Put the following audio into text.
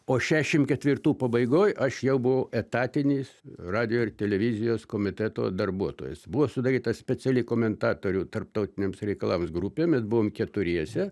o šešim ketvirtų pabaigoj aš jau buvau etatinis radijo ir televizijos komiteto darbuotojas buvo sudaryta speciali komentatorių tarptautiniams reikalams grupė mes buvom keturiese